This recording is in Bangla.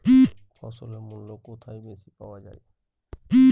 ফসলের মূল্য কোথায় বেশি পাওয়া যায়?